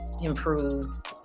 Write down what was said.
improved